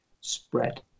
spread